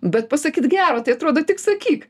bet pasakyt gero tai atrodo tik sakyk